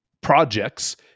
projects